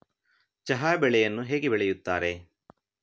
ಚಹಾ ಬೆಳೆಯನ್ನು ಹೇಗೆ ಬೆಳೆಯುತ್ತಾರೆ?